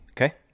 okay